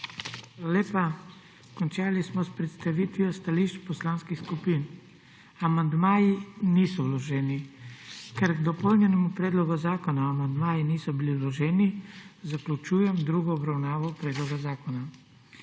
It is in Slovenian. lepa. Končali smo s predstavitvijo stališč poslanskih skupin. Amandmaji niso vloženi. Ker k dopolnjenemu predlogu zakona amandmaji niso bili vloženi, zaključujem drugo obravnavo predloga zakona.